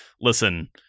listen